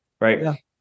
right